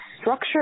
structure